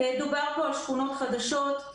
דובר פה על שכונות חדשות,